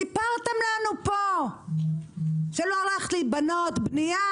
סיפרתם לנו פה שלא הולכת להיבנות בנייה,